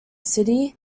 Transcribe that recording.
city